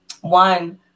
one